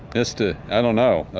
mist, ah i don't know.